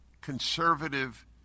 conservative